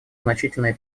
значительные